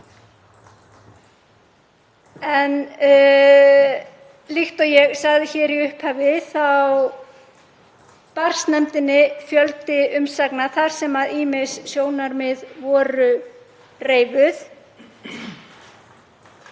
Líkt og ég sagði hér í upphafi barst nefndinni fjöldi umsagna þar sem ýmis sjónarmið voru reifuð.